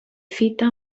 fita